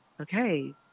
Okay